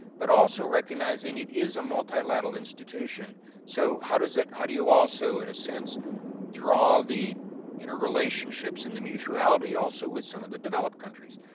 but also recognizing it is a multilateral institution so how does it how do you also in a sense draw the interrelationships and the mutuality also with some of the developed countries.